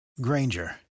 Granger